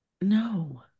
No